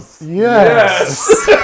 Yes